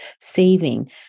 saving